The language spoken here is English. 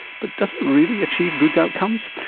but does it really achieve good outcomes?